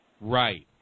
Right